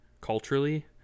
culturally